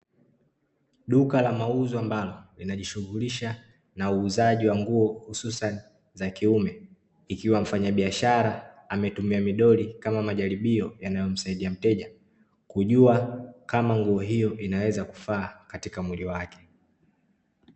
Duka la mauzo ambalo linajishughulisha na uuzaji wa nguo hususan za kiume, ikiwa mfanyabiashara ametumia midoli kama majaribio yanayomsaidia mteja kujua kama nguo hiyo inaweza kufaa katika mwili wake.